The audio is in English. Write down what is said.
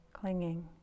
clinging